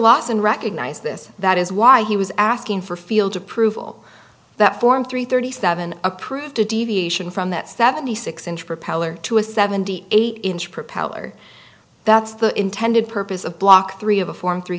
lawson recognize this that is why he was asking for field approval that form three thirty seven approved a deviation from that seventy six inch propeller to a seventy eight inch propeller that's the intended purpose of block three of a form three